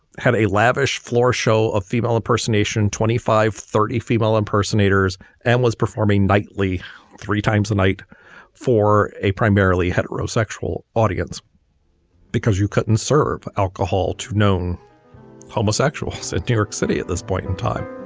had a lavish floor show of female impersonation, twenty five thirty female impersonators and was performing nightly three times a night for a primarily heterosexual audience because you couldn't serve alcohol to known homosexuals. and derrick city at this point in time